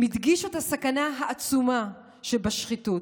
הם הדגישו את הסכנה העצומה שבשחיתות,